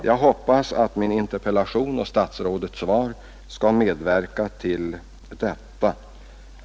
Jag hoppas att min interpellation och statsrådets svar skall medverka till detta.